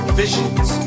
visions